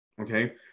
Okay